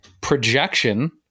projection